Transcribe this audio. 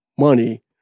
money